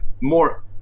more